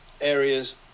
areas